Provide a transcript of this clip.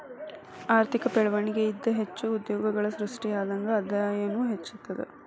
ಆರ್ಥಿಕ ಬೆಳ್ವಣಿಗೆ ಇಂದಾ ಹೆಚ್ಚು ಉದ್ಯೋಗಗಳು ಸೃಷ್ಟಿಯಾದಂಗ್ ಆದಾಯನೂ ಹೆಚ್ತದ